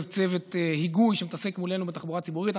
צוות היגוי שמתעסק מולנו בתחבורה הציבורית,